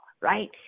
Right